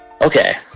Okay